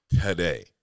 today